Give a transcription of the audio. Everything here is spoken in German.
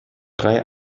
drei